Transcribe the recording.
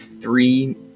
three